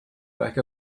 back